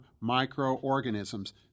microorganisms